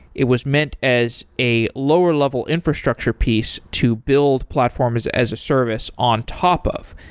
it was meant as a lower level infrastructure piece to build platforms as a service on top of,